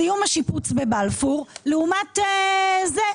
סיום השיפוץ בבלפור לעומת זה.